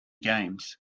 games